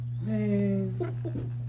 Man